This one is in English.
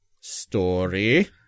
story